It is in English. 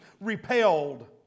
repelled